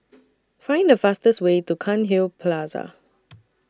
Find The fastest Way to Cairnhill Plaza